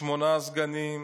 שמונה סגנים,